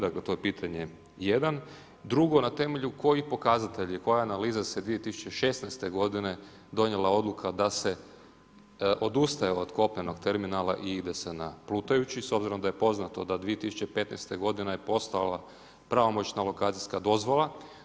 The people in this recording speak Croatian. Dakle to je pitanje 1. Drugo, na temelju kojih pokazatelja, koja analiza se 2016. godine donijela odluka da se odustaje od kopnenog terminala i ide se na plutajući, s obzirom da je poznato da 2015. godina je postala pravomoćna lokacijska dozvola?